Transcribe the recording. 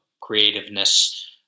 creativeness